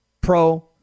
pro